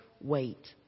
wait